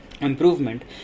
improvement